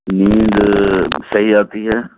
نیند صحیح آتی ہے